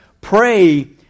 pray